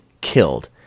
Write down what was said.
killed